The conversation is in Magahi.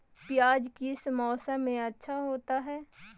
प्याज किस मौसम में अच्छा होता है?